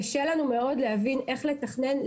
קשה לנו מאוד להבין איך לתכנן,